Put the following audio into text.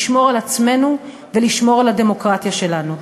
לשמור על עצמנו ולשמור על הדמוקרטיה שלנו.